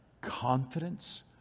confidence